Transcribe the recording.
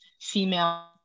female